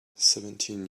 seventeen